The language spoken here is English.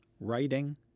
writing